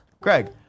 Greg